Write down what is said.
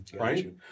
right